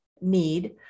need